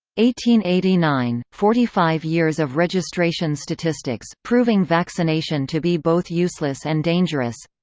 eighty nine eighty nine forty-five years of registration statistics, proving vaccination to be both useless and dangerous.